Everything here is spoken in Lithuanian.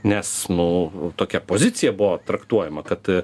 nes nu tokia pozicija buvo traktuojama kad